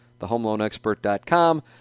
Thehomeloanexpert.com